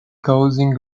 causing